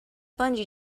bungee